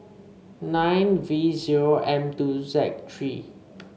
nine V zero M two Z three